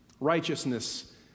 righteousness